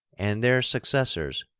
and their successors,